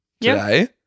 today